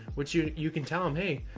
which you you can tell them, hey,